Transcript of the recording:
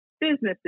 businesses